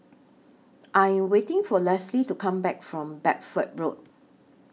I Am waiting For Lesli to Come Back from Bedford Road